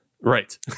Right